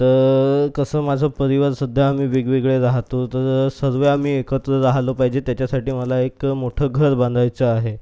तर कसं माझं परिवार सध्या आम्ही वेगवेगळे राहतो तर सर्व आम्ही एकत्र राहिलो पाहिजे त्याच्यासाठी मला एक मोठं घर बांधायचं आहे